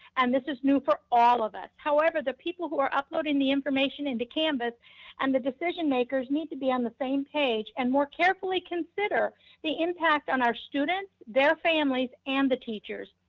and this is new for all of us. however, the people who are uploading the information into canvas and the decision makers need to be on the same page and more carefully consider the impact on our students, their families, and the teachers.